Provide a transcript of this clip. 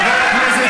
חבר הכנסת